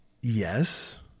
Yes